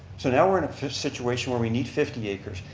so now we're in a situation where we need fifty acres.